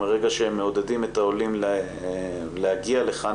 ומרגע שהם מעודדים את העולים להגיע לכאן,